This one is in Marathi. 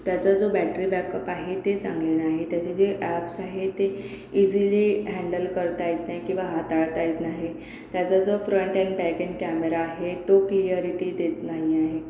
त्याचा जो बॅटरी बॅकअप आहे ते चांगले नाही त्याचे जे ॲप्स आहे ते इझीली हँडल करता येत नाही किंवा हाताळता येत नाही त्याचा जो फ्रंट एंड टाइटन कॅमेरा आहे तो क्लियरिटी देत नाही आहे